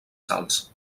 salts